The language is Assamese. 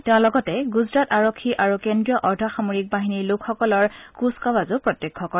তেওঁ লগতে গুজৰাট আৰক্ষী আৰু কেন্দ্ৰীয় অৰ্ধ সামৰিক বাহিনীৰ লোকসকলৰ কুচকাৱাজো প্ৰত্যক্ষ কৰে